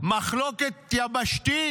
מחלוקת יבשתית.